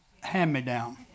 hand-me-down